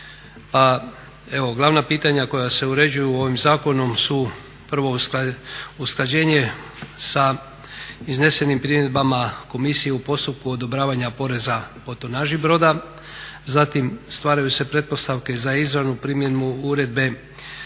Pa evo glavna pitanja koja se uređuju ovim zakonom su prvo usklađenje sa iznesenim primjedbama komisije u postupku odobravanja poreza po tonaži broda, zatim stvaraju se pretpostavke za izravnu primjenu uredbe